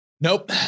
Nope